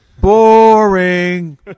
boring